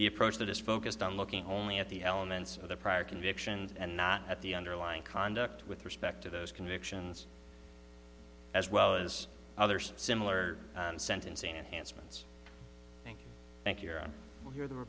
the approach that is focused on looking only at the elements of the prior convictions and not at the underlying conduct with respect to those convictions as well as other similar sentencing enhancements thank you for your the